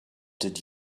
did